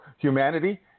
humanity